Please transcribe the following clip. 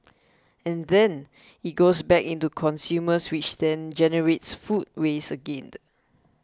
and then it goes back into consumers which then generates food waste again